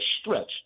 stretch